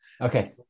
Okay